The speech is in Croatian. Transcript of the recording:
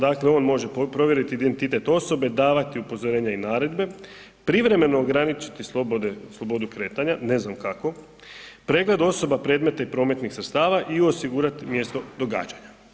Dakle, on može provjeriti identitet osobe, davati upozorenja i naredbe, privremeno ograničiti slobodu kretanja, ne znam kako, pregled osoba, predmeta i prometnih sredstava i osigurat mjesto događanja.